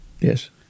Yes